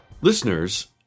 listeners